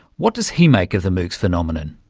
what does he make of the moocs phenomenon?